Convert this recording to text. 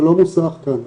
זה לא מוסך כאן,